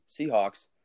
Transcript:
Seahawks